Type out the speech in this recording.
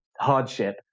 hardship